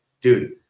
dude